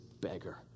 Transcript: beggar